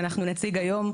שאנחנו נציג היום,